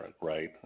right